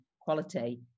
quality